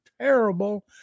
terrible